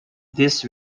this